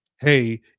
Hey